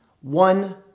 one